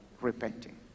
repenting